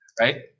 right